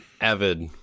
avid